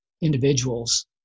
individuals